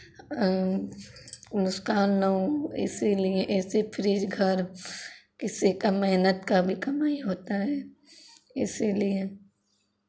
नुकसान ना हो इसीलिये ए सी फ्रिज घर किसी का मेहनत का भी कमाई होता है इसीलिये